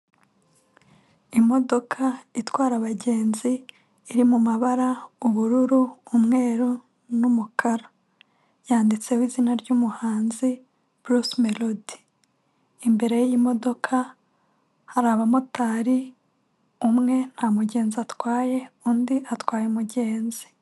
Imodoka itwara abagenzi iri mu mabara: ubururu, umweru n'umukara, yanditseho izina ry'umuhanzi Bruce Melody, imbere y'imodoka hari abamotari, umwe nta mugenzi atwaye undi atwaye umugenzi.